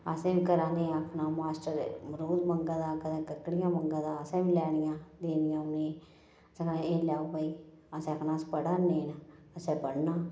असें बी घरै आह्ले गी आखना मास्टर मरुद मंगा दा कदें ककड़ियां मंगा दा असें बी लैनियां देनियां उ'नेंगी सनाना एह् लैओ भई असें आखना असें पढ़ाने असें पढ़ना